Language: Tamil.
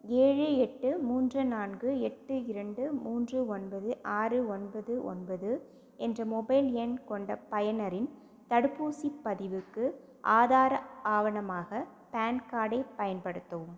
ஏழு எட்டு மூன்று நான்கு எட்டு இரண்டு மூன்று ஒன்பது ஆறு ஒன்பது ஒன்பது என்ற மொபைல் எண் கொண்ட பயனரின் தடுப்பூசி பதிவுக்கு ஆதார ஆவணமாக பான் கார்டை பயன்படுத்தவும்